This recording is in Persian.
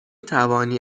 توانی